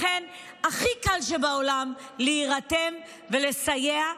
הכי קל בעולם להירתם ולסייע.